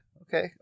Okay